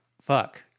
Fuck